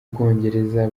bwongereza